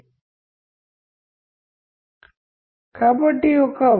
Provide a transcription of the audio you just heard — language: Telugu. పర్యావరణం చుట్టూ ఉన్న వివిధ వస్తువులు కమ్యూనికేట్ చేస్తాయి